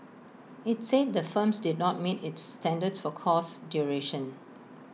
IT said the firms did not meet its standards for course duration